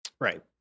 Right